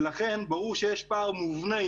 ולכן ברור שיש פער מובנה,